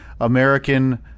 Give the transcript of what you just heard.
American